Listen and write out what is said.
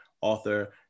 author